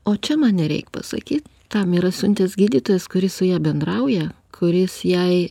o čia man nereik pasakyt tam yra siuntęs gydytojas kuris su ja bendrauja kuris jai